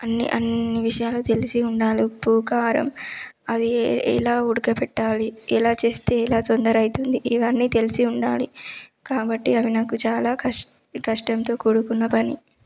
అన్నీ అన్నీ విషయాలు తెలిసి ఉండాలి ఉప్పు కారం అది ఎలా ఉడక పెట్టాలి ఎలా చేస్తే ఎలా తొందర అవుతుంది ఇవన్నీ తెలిసి ఉండాలి కాబట్టి అవి నాకు చాలా కష్ట కష్టంతో కూడుకున్న పని